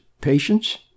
patience